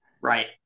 Right